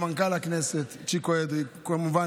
למנכ"ל הכנסת צ'יקו אדרי, וכמובן